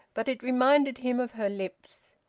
but it reminded him of her lips.